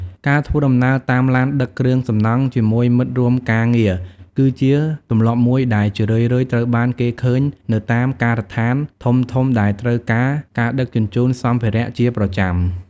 ការធ្វើដំណើរតាមឡានដឹកគ្រឿងសំណង់ជាមួយមិត្តរួមការងារគឺជាទម្លាប់មួយដែលជារឿយៗត្រូវបានគេឃើញនៅតាមការដ្ឋានធំៗដែលត្រូវការការដឹកជញ្ជូនសម្ភារៈជាប្រចាំ។